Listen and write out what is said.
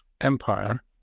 empire